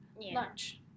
lunch